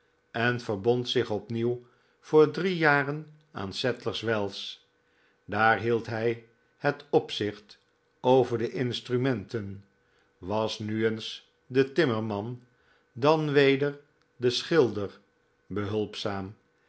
en verbond zich opnieuw voor drie jaren aan sadlers wells daar hield hij het opzicht over de instrumenten was nu eens den timmerman dan weder den schilder behulpzaam